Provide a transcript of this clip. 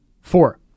Four